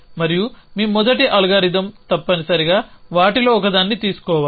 మరియు మీ మొదటి అల్గోరిథం తప్పనిసరిగా వాటిలో ఒకదాన్ని తీసుకోవాలి